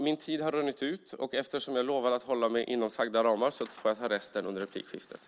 Min tid har runnit ut, och eftersom jag lovat att hålla mig inom uppsatta ramar får jag ta resten under replikskiftena.